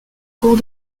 cours